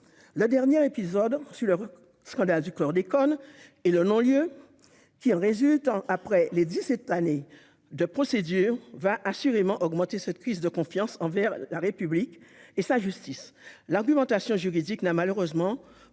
Le dernier épisode dans le scandale du chlordécone- un non-lieu décidé après dix-sept années de procédure -va assurément augmenter cette crise de confiance envers la République et sa justice. L'argumentation juridique n'a malheureusement